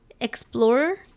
Explorer